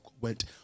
went